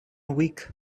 week